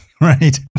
right